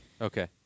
okay